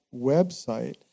website